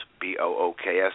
b-o-o-k-s